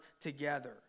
together